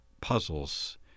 puzzles